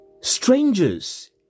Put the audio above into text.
Strangers